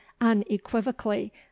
unequivocally